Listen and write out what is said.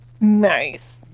nice